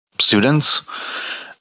students